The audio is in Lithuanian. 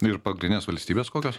ir pagrinės valstybės kokios